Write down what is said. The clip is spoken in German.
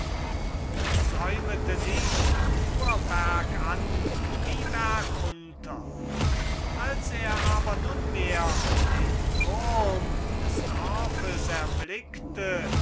und säumete nicht und fuhr bergan wie bergunter als er aber nunmehr den turm des dorfes erblickte